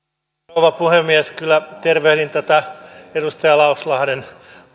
rouva puhemies kyllä tervehdin tätä edustaja lauslahden